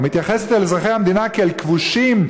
מתייחסת אל אזרחי המדינה כאל כבושים,